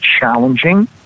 challenging